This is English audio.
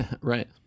right